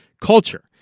culture